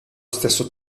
stesso